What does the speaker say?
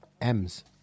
M's